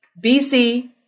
BC